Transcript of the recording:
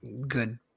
good